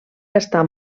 gastar